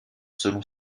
selon